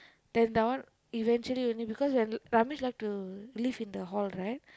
then that one eventually only because Ramesh like to live in the hall right